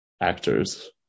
actors